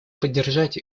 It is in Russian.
поддержать